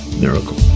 miracle